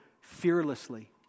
fearlessly